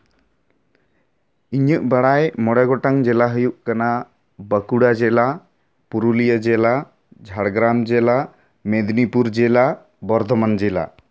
ᱤᱧᱟᱹᱜ ᱵᱟᱲᱟᱭ ᱢᱚᱬᱮ ᱜᱚᱴᱟᱝ ᱡᱮᱞᱟ ᱦᱩᱭᱩᱜ ᱠᱟᱱᱟ ᱵᱟᱠᱩᱲᱟ ᱡᱮᱞᱟ ᱯᱩᱨᱩᱞᱤᱭᱟ ᱡᱤᱞᱟ ᱡᱷᱟᱲᱜᱨᱟᱢ ᱡᱮᱞᱟ ᱢᱮᱫᱽᱱᱤᱯᱩᱨ ᱡᱮᱞᱟ ᱵᱚᱨᱫᱷᱚᱢᱟᱱ ᱡᱮᱞᱟ